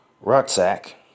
rucksack